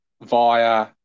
via